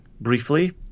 briefly